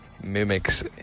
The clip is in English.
mimics